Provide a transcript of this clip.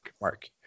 Mark